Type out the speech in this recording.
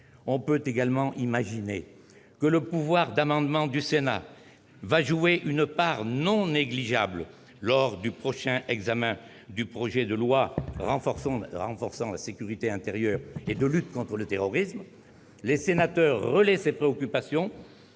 On peut également imaginer que le pouvoir d'amendement du Sénat va jouer un rôle non négligeable lors du prochain examen du projet de loi renforçant la sécurité intérieure et la lutte contre le terrorisme. Les sénateurs relaient ces préoccupations